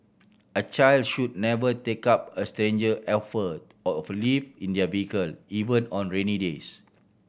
a child should never take up a stranger offer of a lift in their vehicle even on rainy days